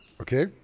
Okay